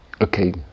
Okay